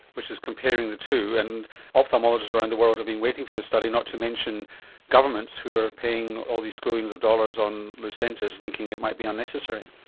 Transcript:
which is comparing the two, and ophthalmologists around the world have been waiting for this study, not to mention governments who are paying all these squillions of dollars on lucentis, thinking it might be unnecessary.